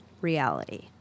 reality